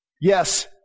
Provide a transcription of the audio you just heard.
Yes